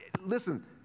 Listen